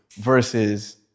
versus